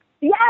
Yes